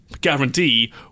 guarantee